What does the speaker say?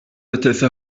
ötesi